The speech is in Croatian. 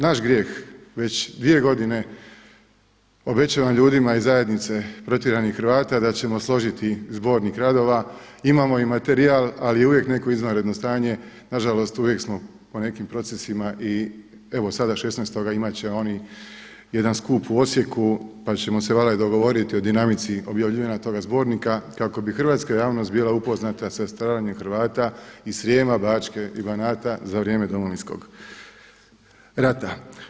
Naš grijeh, već dvije godine, obećavam ljudima iz zajednice protjeranih Hrvata da ćemo složiti zbornik radova, imamo i materijal ali je uvijek neko izvanredno stanje, nažalost uvijek smo u nekim procesima i evo sada 16. imati će oni jedan skup u Osijeku pa ćemo se valjda i dogovoriti o dinamici objavljivanja toga zbornika kako bi hrvatska javnost bila upoznata sa stradanjem Hrvata i Srijema, Bačke i Banata za vrijeme Domovinskog rata.